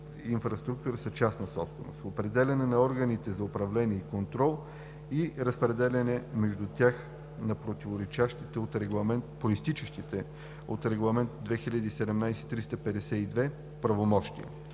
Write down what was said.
инфраструктура са частна собственост; определяне на органите за управление и контрол и разпределяне между тях на произтичащите от Регламент (ЕС) 2017/352 правомощия;